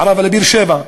מערבה לבאר-שבע,